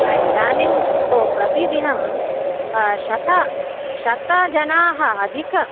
हा इदानीं तु प्रतिदिनं शतं शतं जनाः अधिकं